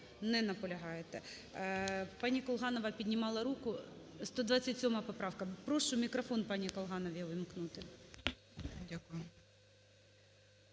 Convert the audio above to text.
Не наполягаєте. Пані Колганова піднімала руку. 127 поправка. Прошу, мікрофон пані Колгановій увімкнути.